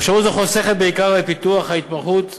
אפשרות זו חוסכת בעיקר את פיתוח ההתמחות בתחום,